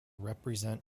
represent